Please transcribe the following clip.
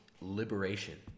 liberation